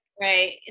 right